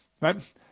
Right